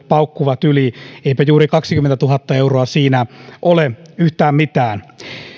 paukkuvat yli eipä kaksikymmentätuhatta euroa siinä ole juuri yhtään mitään